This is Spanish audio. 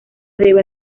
debe